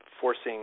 forcing